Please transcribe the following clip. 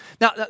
Now